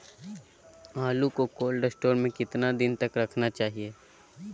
आलू को cold store में कितना दिन तक रखना चाहिए?